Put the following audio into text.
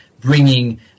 bringing